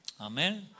Amen